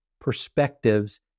perspectives